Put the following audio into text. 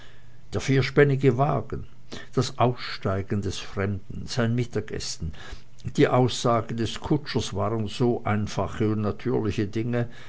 der vierspännige wagen das aussteigen des fremden sein mittagessen die aussage des kutschers waren so einfache und natürliche dinge